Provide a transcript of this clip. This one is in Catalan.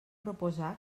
proposar